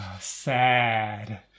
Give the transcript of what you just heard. sad